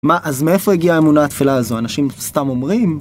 מה? אז מאיפה הגיעה האמונה התפלה הזו? אנשים סתם אומרים?